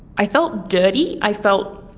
i felt dirty. i felt,